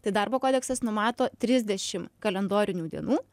tai darbo kodeksas numato trisdešimt kalendorinių dienų